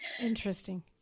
Interesting